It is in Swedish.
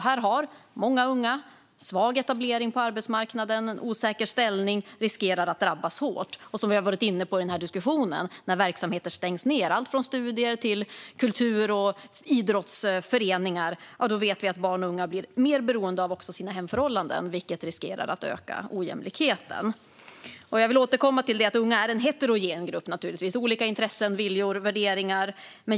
Många unga har svag etablering och osäker ställning på arbetsmarknaden och riskerar att drabbas hårt. Och som vi redan har varit inne på i diskussionen: När verksamheter stängs ned, alltifrån studier till kultur och idrottsföreningar, vet vi att barn och unga blir mer beroende av sina hemförhållanden, vilket riskerar att öka ojämlikheten. Jag vill återkomma till att unga är en heterogen grupp med olika intressen, viljor och värderingar.